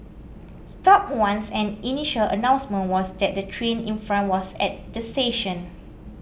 stopped once and the initial announcement was that the train in front was at the station